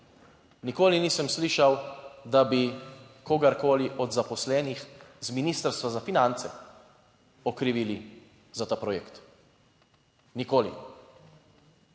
Nikoli nisem slišal, da bi kogarkoli od zaposlenih z Ministrstva za finance okrivili za ta projekt. Nikoli!